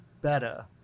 better